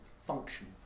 function